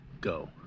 go